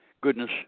goodness